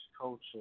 culture